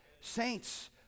saints